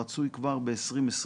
רצוי כבר ב-2021.